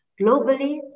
Globally